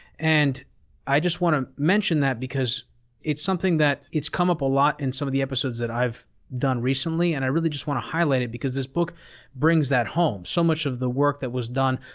and i just want to mention that because it's something that it's come up a lot in some of the episodes that i've done recently, and i really just want to highlight it, because this book brings that home. so much of the work that was done.